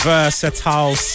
Versatile